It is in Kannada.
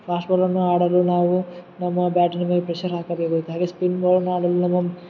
ಫಾಸ್ಟ್ ಬಾಲನ್ನು ಆಡಲು ನಾವು ನಮ್ಮ ಬ್ಯಾಟಿನ ಮೇಲೆ ಪ್ರೆಶರ್ ಹಾಕಬೇಕಾಗುತ್ತೆ ಹಾಗೆ ಸ್ಪಿನ್ ಬಾಲ್ನಾ ಆಡಲು ನಾವೊಂದ್